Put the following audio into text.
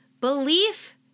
Belief